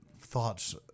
thoughts